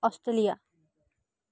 Australia